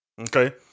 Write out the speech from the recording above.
Okay